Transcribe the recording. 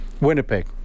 Winnipeg